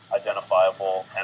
identifiable